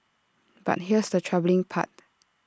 but here's the troubling part